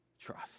trust